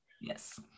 yes